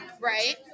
Right